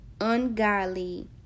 ungodly